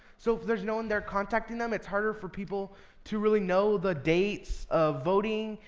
so if there's no one there contacting them, it's harder for people to really know the dates of voting,